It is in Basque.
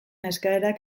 eskaerak